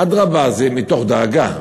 אדרבה, זה מתוך דאגה.